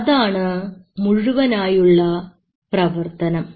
അതാണ് മുഴുവനായുള്ള പ്രവർത്തനം